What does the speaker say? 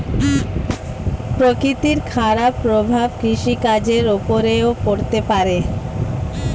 প্রকৃতির খারাপ প্রভাব কৃষিকাজের উপরেও পড়তে পারে